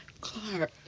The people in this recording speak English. Clark